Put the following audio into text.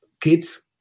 kids